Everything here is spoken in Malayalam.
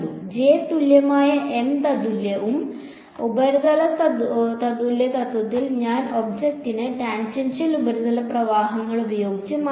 ജെ തത്തുല്യമായ എം തത്തുല്യവും ഉപരിതല തത്തുല്യ തത്വത്തിൽ ഞാൻ ഒബ്ജക്റ്റിനെ ടാൻജൻഷ്യൽ ഉപരിതല പ്രവാഹങ്ങൾ ഉപയോഗിച്ച് മാറ്റിസ്ഥാപിച്ചു